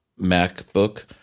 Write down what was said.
MacBook